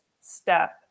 step